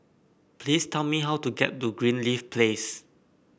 please tell me how to get to Greenleaf Place